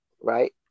right